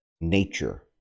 nature